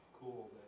cool